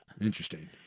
Interesting